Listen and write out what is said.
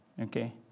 okay